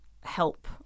help